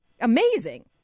amazing